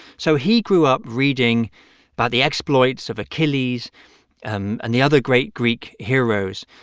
so he grew up reading about the exploits of achilles um and the other great greek heroes,